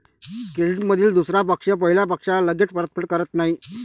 क्रेडिटमधील दुसरा पक्ष पहिल्या पक्षाला लगेच परतफेड करत नाही